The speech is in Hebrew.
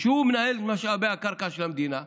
שמנהל את משאבי הקרקע של המדינה,